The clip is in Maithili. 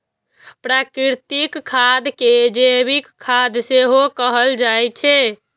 प्राकृतिक खाद कें जैविक खाद सेहो कहल जाइ छै